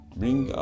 bring